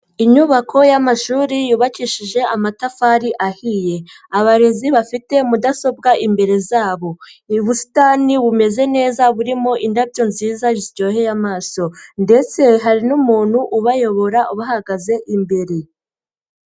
Inyubako y'amashuri yubakishije amatafari ahiye. Abarezi bafite mudasobwa imbere zabo. Ubusitani bumeze neza burimo indabyo nziza ziryoheye amaso ndetse hari n'umuntu ubayobora ubahagaze imbere.